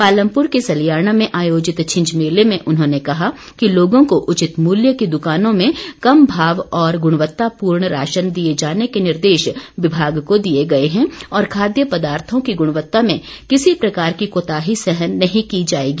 पालमपुर के सलियाणा में आयोजित छिंज मेले में उन्होंने कहा कि लोगों को उचित मुल्य की द्वकानों में कम भाव और ग्रणवत्तापूर्ण राशन दिए जाने के निर्देश विभाग को दिए गए हैं और खाद्य पदार्थो की ग्रणवत्ता में किसी प्रकार की कोताही सहन नहीं की जाएगी